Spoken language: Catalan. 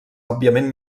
òbviament